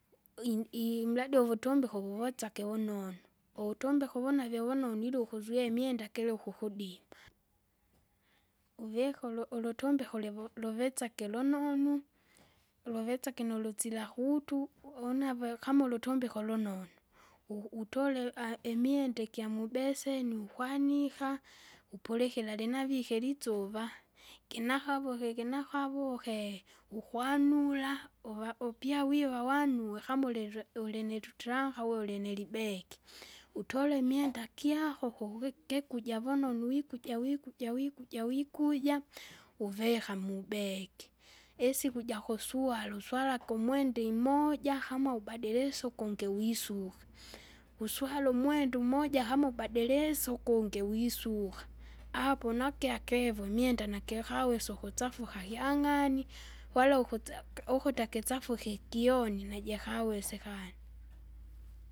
Uin- imradi uvutombike uvuwesake vunonu. Uwutombeke uvonavye vononu ili ukuzuia imwenda gili ukukudima, uvike ulu- ulutombeke ulivu luwesake lunonu, luvesake nulutsila kutu, u- unave kama ulutombeko lunonu. U- utole aimwenda ikyamubeseni ukwanika, upulikira linavike litsuva, ginakavo gigi kinakavuke, ukwanula, uva upyawiwa wanue kama ulilwi ulinulutranka uwe ulinilibegi, utole imwenda gyako kuvi kikuja vunonu wikuja wikuja wikuja wikuja! uvika mubegi, isiku jakusuala, uswalake umwenda imoja kama ubadilise ukungi wisuka. Uswale umwenda umoja kama ubadilise ukungi wisuka, apo nakia kevo imwenda nakikawesa ukusafuka gyang'ani, wala ukutse- ke ukuta kisafuke ikyoni najikawesakana.